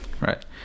Right